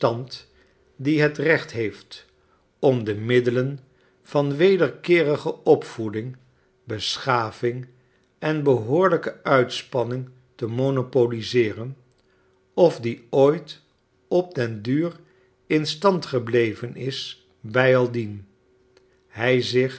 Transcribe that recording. die het recht heeft om de middelen van wederkeerige opvoeding beschaving en behoorlijke uitspanning te monopoliseeren of die ooit op den duur in stand gebleven is bijaldien hij zich